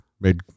made